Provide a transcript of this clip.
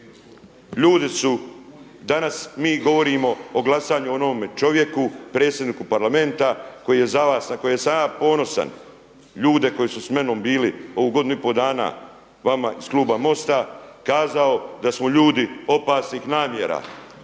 ljudi su danas mi govorimo o glasanju onome čovjeku, predsjedniku Parlamenta koji je za vas na koje sam ja ponosan, ljude koji su s menom bili ovih godinu i pol dana vama iz kluba MOST-a kazao da smo ljudi opasnih namjera.